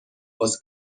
was